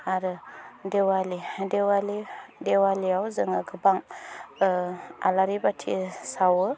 आरो देवालि देवालि देवालियाव जोङो गोबां आलारि बाथि सावो